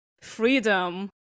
freedom